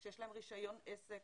שיש להן רישיון עסק,